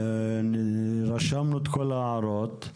רשמנו את כל ההערות.